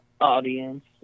audience